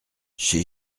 chez